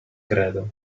credo